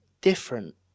different